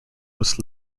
was